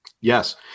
Yes